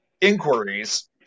inquiries